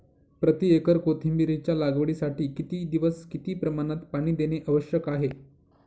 प्रति एकर कोथिंबिरीच्या लागवडीसाठी किती दिवस किती प्रमाणात पाणी देणे आवश्यक आहे?